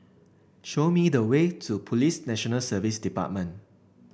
show me the way to Police National Service Department